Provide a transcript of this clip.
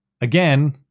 Again